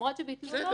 למרות שביטלו לו.